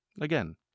Again